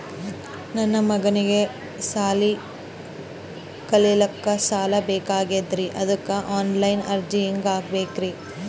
ನನ್ನ ಮಗನಿಗಿ ಸಾಲಿ ಕಲಿಲಕ್ಕ ಸಾಲ ಬೇಕಾಗ್ಯದ್ರಿ ಅದಕ್ಕ ಆನ್ ಲೈನ್ ಅರ್ಜಿ ಹೆಂಗ ಹಾಕಬೇಕ್ರಿ?